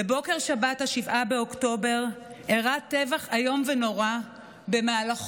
בבוקר שבת 7 באוקטובר אירע טבח איום ונורא שבמהלכו